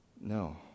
No